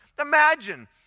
Imagine